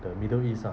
the middle east ah